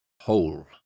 whole